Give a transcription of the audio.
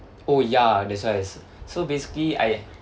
oh ya that's why it's so basically I